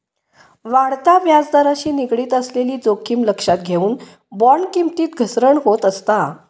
वाढत्या व्याजदराशी निगडीत असलेली जोखीम लक्षात घेऊन, बॉण्ड किमतीत घसरण होत असता